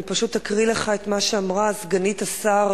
אני פשוט אקריא לך את מה שאמרה סגנית השר,